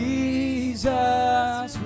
Jesus